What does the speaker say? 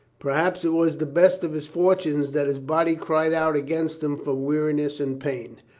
per haps it was the best of his fortune that his body cried out against him for weariness and pain.